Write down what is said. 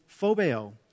phobeo